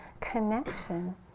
connection